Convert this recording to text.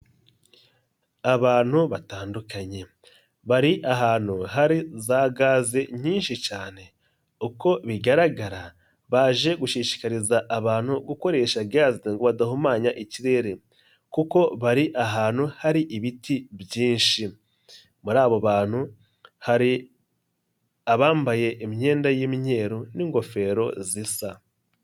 Abantu batandukanye bari ahantu hari za gaze nyinshi cyane, uko bigaragara baje gushishikariza abantu gukoresha gaze ngo badahumanya ikirere kuko bari ahantu hari ibiti byinshi, muri abo bantu hari abambaye imyenda y'imyeru n'ingofero zisa.